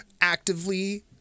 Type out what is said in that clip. actively